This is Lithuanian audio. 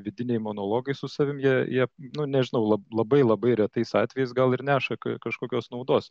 vidiniai monologai su savimi jie jie nu nežinau la labai labai retais atvejais gal ir neša ka kažkokios naudos